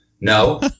no